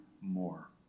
more